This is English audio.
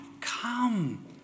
come